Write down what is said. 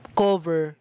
cover